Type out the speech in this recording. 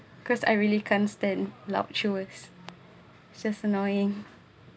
cause I really can't stand loud chews just annoying